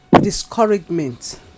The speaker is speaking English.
discouragement